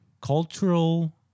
cultural